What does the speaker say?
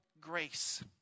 grace